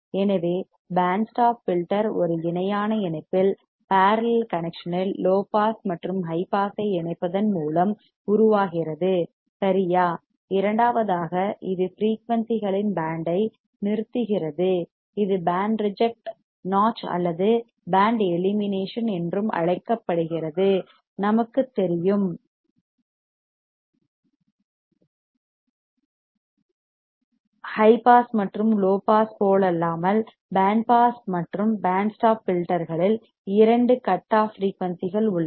எனவே band stop filter ஒரு இணையான இணைப்பில் பார்லல் கனெக்சன் இல் லோ பாஸ் மற்றும் ஹை பாஸை இணைப்பதன் மூலம் உருவாகிறது சரியா இரண்டாவதாக இது ஃபிரீயூன்சிகளின் பேண்ட் ஐ நிறுத்துகிறது இது பேண்ட் ரிஜெக்ட் நாட்ச் அல்லது பேண்ட் எலிமினேஷன் என்றும் அழைக்கப்படுகிறது நமக்கு தெரியும் ஹை பாஸ் மற்றும் லோ பாஸ் போலல்லாமல் பேண்ட் பாஸ் மற்றும் பேண்ட் ஸ்டாப் ஃபில்டர்களில் இரண்டு கட் ஆஃப் ஃபிரீயூன்சிகள் உள்ளன